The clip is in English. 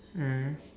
mm